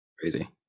Crazy